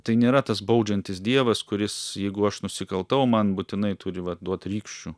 tai nėra tas baudžiantis dievas kuris jeigu aš nusikaltau man būtinai turi va duot rykščių